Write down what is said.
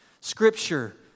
Scripture